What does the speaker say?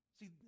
See